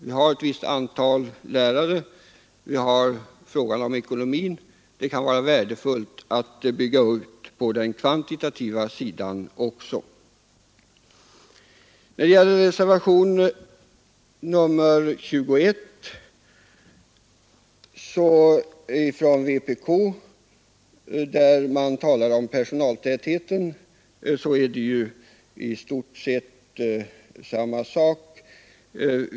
Vi har ett visst antal lärare, och vi har frågan om ekonomin. Det kan vara värdefullt att bygga ut på den kvantitativa sidan också. När det gäller reservationen 21 från vpk, där man talar om personaltäthet, är det i stort sett samma sak.